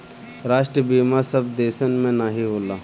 राष्ट्रीय बीमा सब देसन मे नाही होला